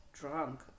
Drunk